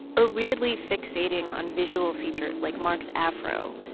or weirdly fixating on visual features, like mark's afro,